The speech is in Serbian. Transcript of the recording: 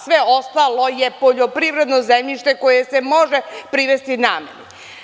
Sve ostalo je poljoprivredno zemljište koje se može privesti nameni.